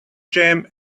jam